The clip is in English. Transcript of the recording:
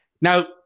Now